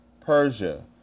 Persia